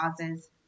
causes